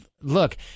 look